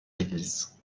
l’église